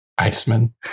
Iceman